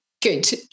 good